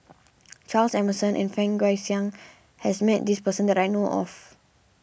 Charles Emmerson and Fang Guixiang has met this person that I know of